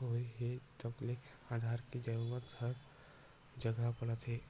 होए हे तब ले आधार के जरूरत हर जघा पड़त हे